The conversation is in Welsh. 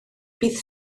bydd